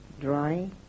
dry